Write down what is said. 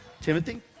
Timothy